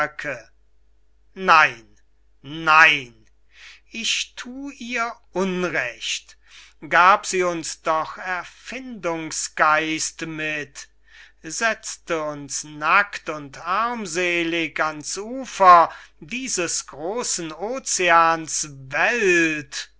nein nein ich thu ihr unrecht gab sie uns doch erfindungsgeist mit setzte uns nackt und armselig ans ufer dieses großen ozeans welt